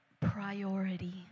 Priority